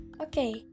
Okay